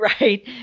Right